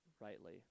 rightly